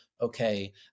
okay